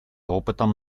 опытом